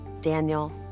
Daniel